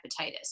hepatitis